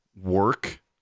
work